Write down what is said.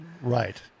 Right